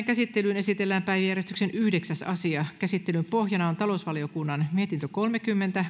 käsittelyyn esitellään päiväjärjestyksen yhdeksäs asia käsittelyn pohjana on talousvaliokunnan mietintö kolmekymmentä